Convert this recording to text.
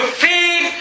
feed